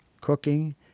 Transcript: cooking